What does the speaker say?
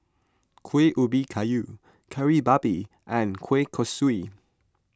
Kuih Ubi Kayu Kari Babi and Kueh Kosui